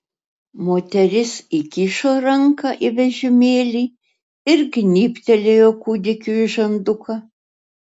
moteris įkišo ranką į vežimėlį ir gnybtelėjo kūdikiui į žanduką